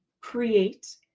create